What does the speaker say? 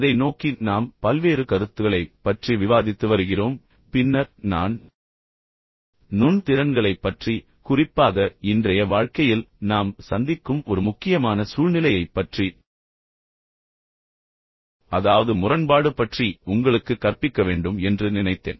அதை நோக்கி நாம் பல்வேறு கருத்துகளைப் பற்றி விவாதித்து வருகிறோம் பின்னர் நான் நுண் திறன்களைப் பற்றி குறிப்பாக இன்றைய வாழ்க்கையில் நாம் சந்திக்கும் ஒரு முக்கியமான சூழ்நிலையைப் பற்றி அதாவது முரண்பாடு பற்றி உங்களுக்குக் கற்பிக்க வேண்டும் என்று நினைத்தேன்